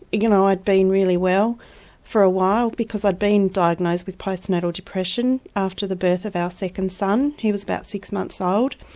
you know i'd been really well for a while because i'd been diagnosed with post natal depression after the birth of our second son, he was about six months old.